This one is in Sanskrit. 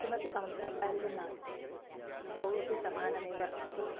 किमपि कम् कम्पेरिसन् नास्ति द्वौ अपि समानमेव इति